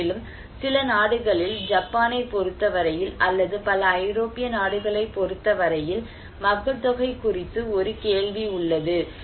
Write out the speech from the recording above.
மேலும் சில நாடுகளில் ஜப்பானைப் பொறுத்தவரையில் அல்லது பல ஐரோப்பிய நாடுகளைப் பொறுத்தவரையில் மக்கள் தொகை குறித்து ஒரு கேள்வி உள்ளது